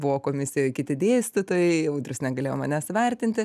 buvo komisijoj kiti dėstytojai audrius negalėjo manęs įvertinti